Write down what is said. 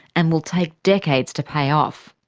and will take decades to pay off.